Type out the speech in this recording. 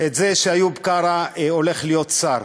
את זה שאיוב קרא הולך להיות שר,